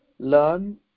Learn